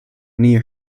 near